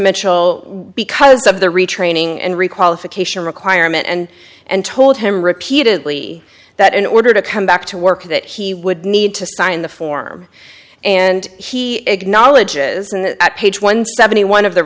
mitchell because of the retraining and requalification requirement and and told him repeatedly that in order to come back to work that he would need to sign the form and he acknowledges and at page one seventy one of the